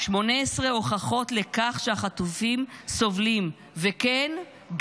18 הוכחות לכך שהחטופים סובלים וכן,